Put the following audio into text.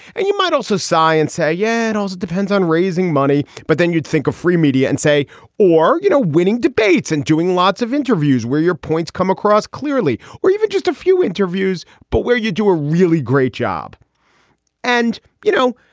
and you might also sigh and say, yeah, it also depends on raising money. but then you'd think of free media and say or, you know, winning debates and doing lots of interviews where your points come across clearly or even just a few interviews, but where you do a really great job and you know,